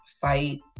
fight